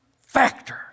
factor